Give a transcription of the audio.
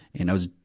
and i was,